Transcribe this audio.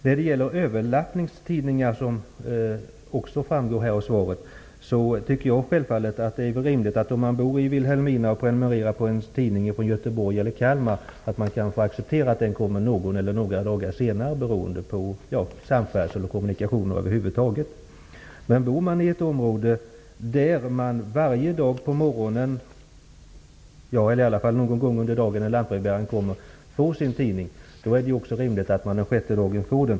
När det gäller ''överlappningstidningar'', som också berörs i svaret, tycker jag att det är rimligt att den som bor i Vilhelmina och prenumererar på en tidning från Göteborg eller Kalmar får den efter någon eller några dagar beroende på kommunikationsförhållandena. Men bor man i ett område där man någon gång under dagen fem dagar i veckan får sin tidning genom lantbrevbäraren, är det rimligt att man får den också den sjätte dagen.